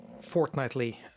fortnightly